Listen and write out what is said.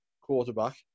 quarterback